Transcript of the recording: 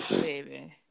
baby